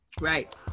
right